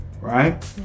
right